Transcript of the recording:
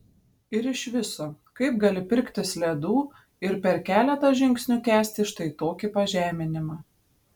ir iš viso kaip gali pirktis ledų ir per keletą žingsnių kęsti štai tokį pažeminimą